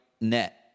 net